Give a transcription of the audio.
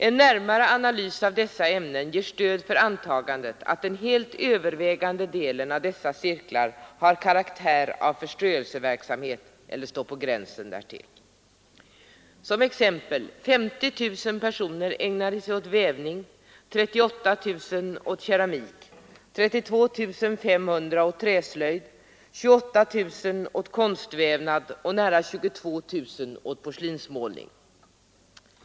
En närmare analys av dessa ämnen ger stöd för antagandet att den helt övervägande delen av dessa cirklar har karaktär av förströelseverksamhet eller står på gränsen därtill.” Som exempel vill jag nämna att 50 000 personer ägnade sig åt vävning, 38 000 åt keramik, 32 500 åt träslöjd, 28 000 åt konstvävnad och nära 22 000 åt porslinsmålning.